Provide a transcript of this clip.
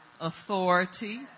authority